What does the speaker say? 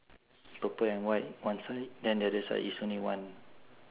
purple and white one side then the other side is only one